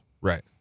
Right